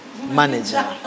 Manager